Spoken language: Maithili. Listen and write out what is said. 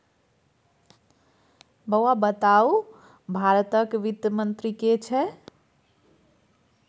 बौआ बताउ भारतक वित्त मंत्री के छै?